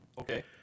Okay